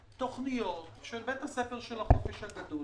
בית הספר של החופש הגדול?